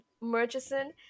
Murchison